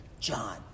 John